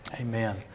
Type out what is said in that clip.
Amen